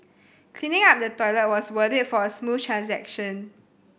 cleaning up the toilet was worth it for a smooth transaction